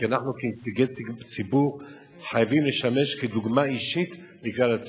כי אנחנו כנציגי ציבור חייבים לשמש דוגמה אישית לכלל הציבור.